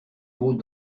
mots